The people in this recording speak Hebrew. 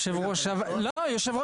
לימור